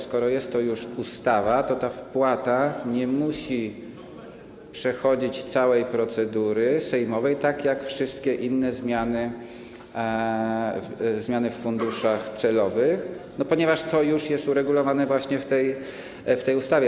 Skoro jest już ustawa, to ta wpłata nie musi przechodzić całej procedury sejmowej, tak jak wszystkie inne zmiany w funduszach celowych, ponieważ to już jest uregulowane właśnie w tej ustawie.